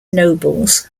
nobles